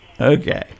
Okay